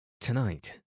tonight